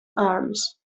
arms